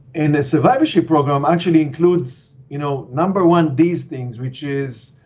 and the survivorship program actually includes you know number one, these things, which is